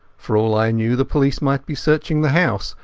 for all i knew the police might be searching the house,